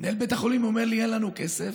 מנהל בית החולים אומר לי: אין לנו כסף.